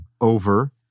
over